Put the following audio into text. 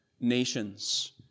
nations